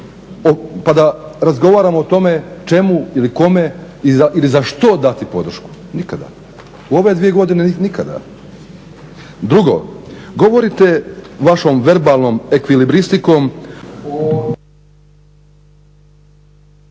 pa da razgovaramo o tome, čemu ili kome ili za što dati podršku, nikada. U ove dvije godine nikada. Drugo, govorite vašom verbalnom ekvilibristikom,